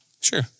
Sure